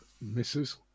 Misses